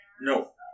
No